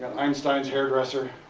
einstein's hairdresser